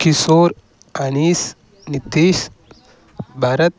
Kishore Anish Nitish Bharat